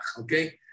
okay